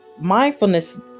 Mindfulness